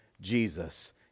Jesus